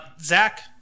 Zach